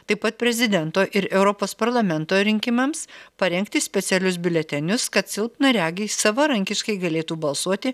taip pat prezidento ir europos parlamento rinkimams parengti specialius biuletenius kad silpnaregiai savarankiškai galėtų balsuoti